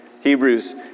Hebrews